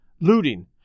looting